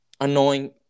annoying